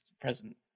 present